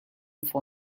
for